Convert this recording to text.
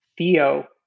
Theo